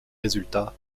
résultats